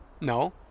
No